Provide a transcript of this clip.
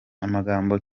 amagambo